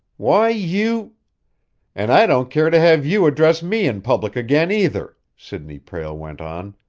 why you and i don't care to have you address me in public again, either, sidney prale went on.